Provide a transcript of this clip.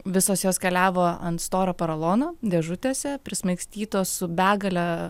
visos jos keliavo ant storo poralono dėžutėse prismaigstytos su begale